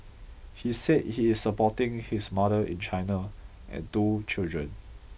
he said he is supporting his mother in China and two children